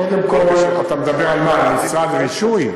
קודם כול, אתה מדבר על מה, על משרד רישוי?